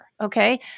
okay